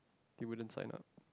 they wouldn't sign up